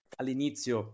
all'inizio